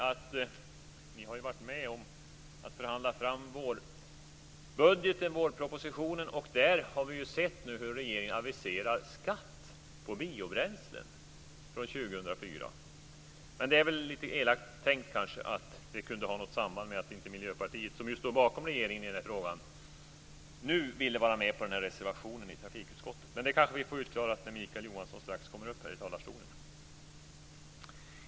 Ni har ju varit med om att förhandla fram vårpropositionen, och där har vi sett hur regeringen aviserar skatt på biobränslen från år 2004. Men det är väl lite elakt tänkt kanske att det kunde finnas ett samband med att Miljöpartiet, som ju står bakom regeringen i den här frågan, nu inte ville vara med på den här reservationen i trafikutskottet. Det kanske vi får utklarat när Mikael Johansson kommer upp i talarstolen.